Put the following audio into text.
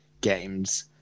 games